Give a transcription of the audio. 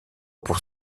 pour